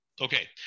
Okay